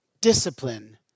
discipline